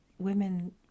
women